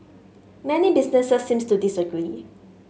many businesses seems to disagree